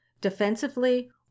defensively